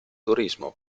turismo